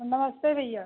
नमस्ते भैया